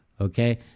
Okay